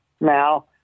Now